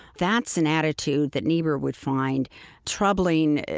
that's an attitude that niebuhr would find troubling,